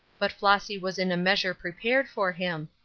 but flossy was in a measure prepared for him.